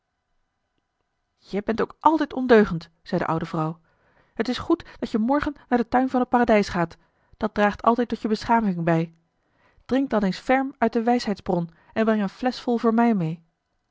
je bent ook altijd ondeugend zei de oude vrouw het is goed dat je morgen naar den tuin van het paradijs gaat dat draagt altijd tot je beschaving bij drink dan eens ferm uit de wijsheidsbron en breng een fleschvol voor mij mee